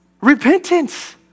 Repentance